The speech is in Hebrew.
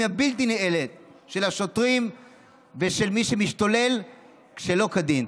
הבלתי-נלאית של השוטרים ושל מי שמשתולל שלא כדין.